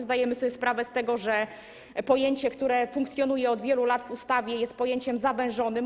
Zdajemy sobie sprawę z tego, że pojęcie, które funkcjonuje od wielu lat w ustawie, jest pojęciem zawężonym.